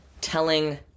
telling